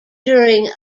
during